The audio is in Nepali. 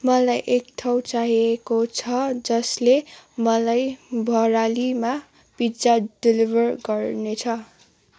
मलाई एक ठाउँ चाहिएको छ जसले मलाई भरालीमा पिज्जा डेलिभर गर्नेछ